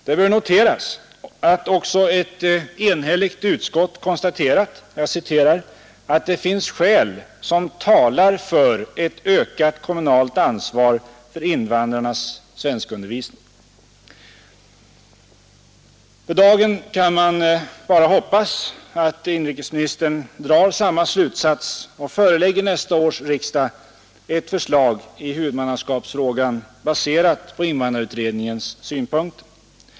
Det bör noteras att också ett enhälligt utskott konstaterat att det finns ”skäl som talar för ett ökat kommunalt ansvar för invandrarnas undervisning”. För dagen kan man bara hoppas att inrikesministern drar samma slutsats och förelägger nästa års riksdag ett förslag i huvudmannaskapsfrågan baserat på invandrarutredningens synpunkter.